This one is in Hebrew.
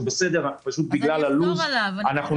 זה בסדר, פשוט בגלל לוח הזמנים הקצר.